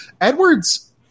Edwards